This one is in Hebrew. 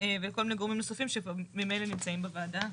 וכל מיני גורמים נוספים שממילא נמצאים בוועדה.